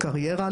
לבנות קריירה,